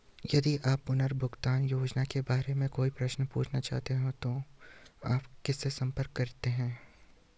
यदि आप पुनर्भुगतान योजनाओं के बारे में कोई प्रश्न पूछना चाहते हैं तो आप किससे संपर्क करते हैं?